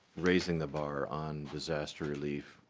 raising the bar on disaster relief.